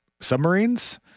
submarines